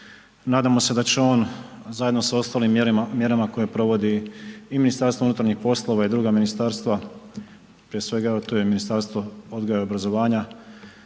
nadam se da će on zajedno sa ostalim mjerama koje provodi i MUP i druga ministarstva, prije svega evo tu je Ministarstvo odgoja i obrazovanja